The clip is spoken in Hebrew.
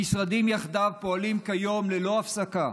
המשרדים יחדיו פועלים כיום ללא הפסקה